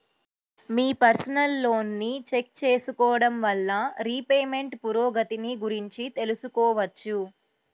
మీ personal లోన్ని check చేసుకోడం వల్ల రీపేమెంట్ పురోగతిని గురించి తెలుసుకోవచ్చు